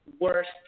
worst